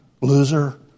loser